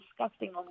disgusting